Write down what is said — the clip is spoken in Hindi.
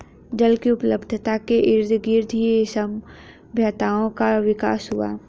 जल की उपलब्धता के इर्दगिर्द ही सभ्यताओं का विकास हुआ